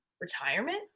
retirement